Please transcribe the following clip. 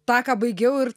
tą ką baigiau ir